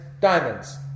diamonds